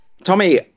Tommy